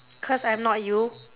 cause I'm not you